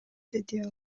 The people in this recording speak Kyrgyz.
деди